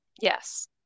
Yes